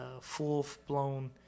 full-blown